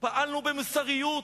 פעלנו במוסריות,